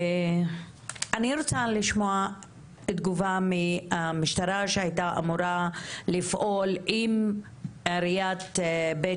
אני רוצה לשמוע תגובה מהמשטרה שהייתה אמורה לפעול עם עיריית בית